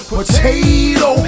Potato